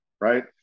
right